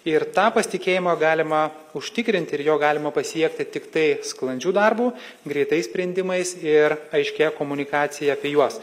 ir tą pasitikėjimą galima užtikrinti ir jo galima pasiekti tiktai sklandžiu darbu greitais sprendimais ir aiškia komunikacija apie juos